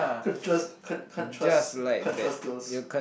can't just can't can't trust can't trust girls